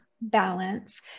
balance